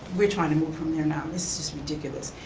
we're trying to move from there now. it's just ridiculous,